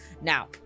now